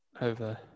over